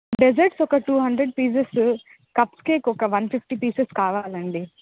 desserts ఒక two hundred pieces cupcakes ఒక one fifty pieces కావాలండి